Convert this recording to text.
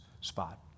spot